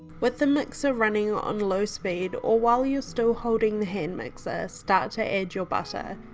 with the mixer running on low speed or while you're still holding the hand mixer start to add your butter.